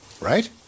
right